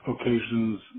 occasions